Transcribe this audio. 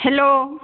hello